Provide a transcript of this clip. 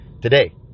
today